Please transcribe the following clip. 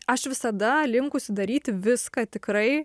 aš visada linkusi daryti viską tikrai